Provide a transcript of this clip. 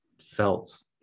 felt